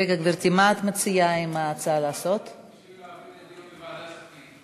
רגע, גברתי, מה את מציעה לעשות עם ההצעה?